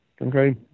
okay